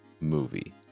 movie